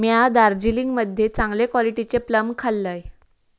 म्या दार्जिलिंग मध्ये चांगले क्वालिटीचे प्लम खाल्लंय